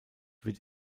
wird